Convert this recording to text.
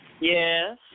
Yes